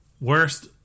Worst